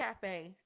Cafe